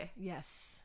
yes